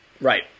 Right